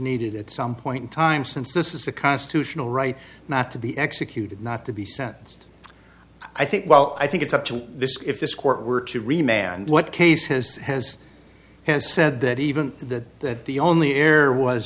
needed at some point in time since this is a constitutional right not to be executed not to be sentenced i think well i think it's up to this if this court were to remain and what case has has he has said that even the that the only heir was